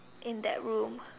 in that room